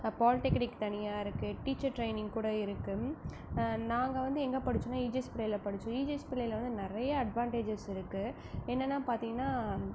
பால்டெக்னிக்கு தனியாக இருக்குது teacher training கூட இருக்குது நாங்கள் வந்து எங்கே படித்தோனா இஜிஎஸ் பிள்ளையில் படித்தோம் இஜிஎஸ் பிள்ளையில் வந்து நிறைய அட்வாண்டேஜஸ் இருக்குது என்னென்ன பார்த்திங்கனா